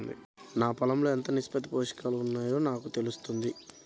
నా పొలం లో ఎంత నిష్పత్తిలో పోషకాలు వున్నాయో నాకు ఎలా తెలుస్తుంది?